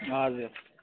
हजुर